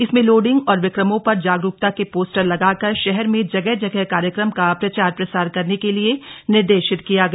इसमें लोडिंग और विक्रमों पर जागरूकता के पोस्टर लगाकर शहर में जगह जगह कार्यक्रम का प्रचार प्रसार करने के लिए निर्देशित किया गया